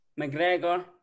McGregor